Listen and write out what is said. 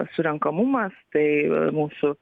surenkamų mastai mūsų